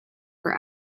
for